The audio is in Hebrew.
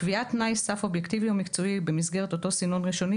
קביעת תנאי סף אובייקטיבי ומקצועי במסגרת אותו סינון ראשוני,